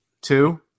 Two